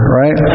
right